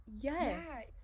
yes